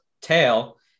tail